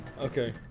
Okay